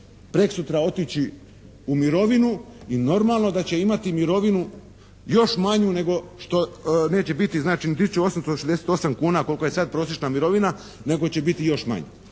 sutra-preksutra otići u mirovinu i normalno da će imati mirovinu još manju nego što, neće biti znači ni 1.868,00 kuna koliko je sada prosječna mirovina nego će biti još manja.